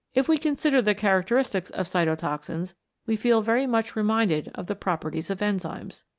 if we consider the characteristics of cyto toxins we feel very much reminded of the proper ties of enzymes.